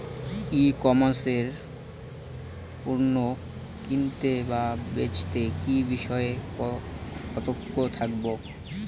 ই commerce এ পণ্য কিনতে বা বেচতে কি বিষয়ে সতর্ক থাকব?